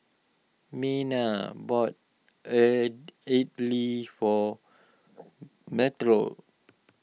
Myrna bought Idly for Metro